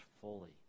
fully